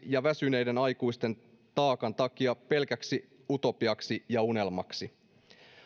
ja väsyneiden aikuisten taakan takia pelkäksi utopiaksi ja unelmaksi